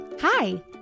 Hi